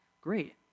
Great